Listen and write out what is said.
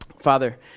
Father